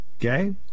Okay